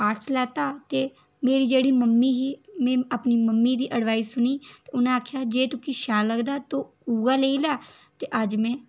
च आर्टस लैता ते मेरी जेह्ड़ी मम्मी ही ते में अपनी मम्मी दी अडबाइस सुनी उ'नें आखेआ के जेह्ड़ा तुकी शैल लगदा तूं उ'ऐ लै ते अज्ज में